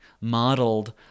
modeled